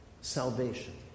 Salvation